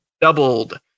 doubled